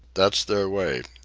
that's their way.